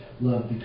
love